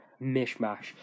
mishmash